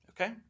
Okay